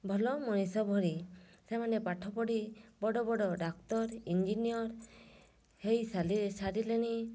ଭଲ ମଣିଷ ଭଳି ସେମାନେ ପାଠ ପଢ଼ି ବଡ଼ ବଡ଼ ଡାକ୍ତର ଇଞ୍ଜିନିୟର ହେଇ ସାରିଲେଣି